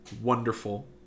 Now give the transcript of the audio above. wonderful